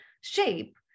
shape